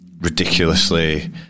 ridiculously